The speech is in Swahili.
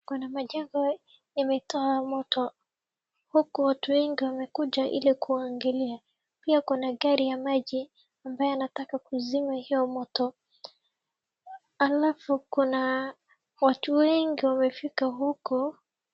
Kuna majangwa imetoa moto, huku watu wengi wamekuja ili kuangalia, pia kuna gari ya maji ambayo linataka kuzima hiyo moto. Alafu kuna watu wengi wamefika huko.